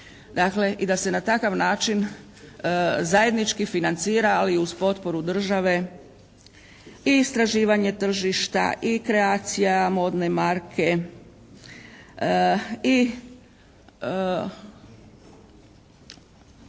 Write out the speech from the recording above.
dakle i da se na takav način zajednički financira, ali i uz potporu države i istraživanje tržišta i kreacija modne marke i